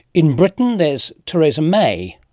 in britain there's theresa may,